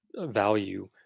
value